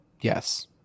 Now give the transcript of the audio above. Yes